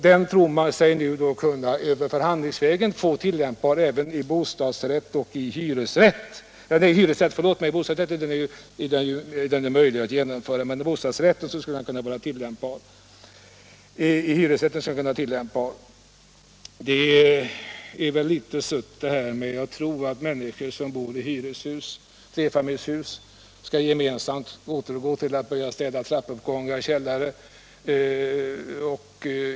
Den tror man sig förhandlingsvägen kunna få tillämpbar även vid hyresrätt. Det är väl litet sött att tro att människor som bor i flerfamiljshus skall återgå till att själva städa trappuppgångar och källare.